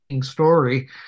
story